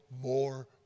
more